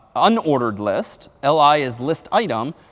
unordered list, ah li is list item,